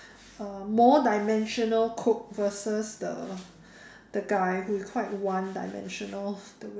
uh more dimensional cook versus the the guy who is quite one dimensional